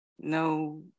no